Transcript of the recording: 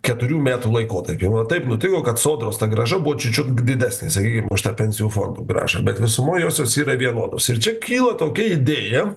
keturių metų laikotarpyje taip nutiko kad sodros ta grąža buvo čiut čiut didesnė sakykim už tą pensijų fondų grąžą bet visumoj josios yra vienodos ir čia kyla tokia idėja